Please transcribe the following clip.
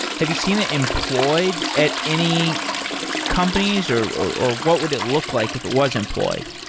have you seen it employed at any companies or or what would it look like if it was employed?